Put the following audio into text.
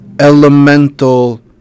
elemental